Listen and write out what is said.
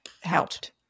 Helped